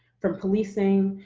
from policing,